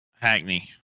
Hackney